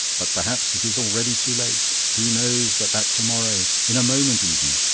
but perhaps it is already too late. who knows but that to-morrow, in a moment even,